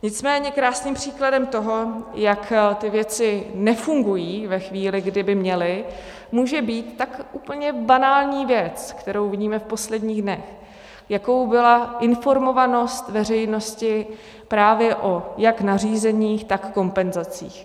Nicméně krásným příkladem toho, jak ty věci nefungují ve chvíli, kdy by měly, může být tak úplně banální věc, kterou vidíme v posledních dnech, jakou byla informovanost veřejnosti právě jak o nařízeních, tak kompenzacích.